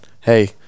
hey